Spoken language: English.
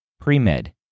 pre-med